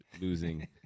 losing